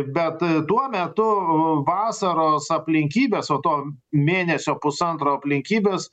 bet tuo metu vasaros aplinkybės o to mėnesio pusantro aplinkybės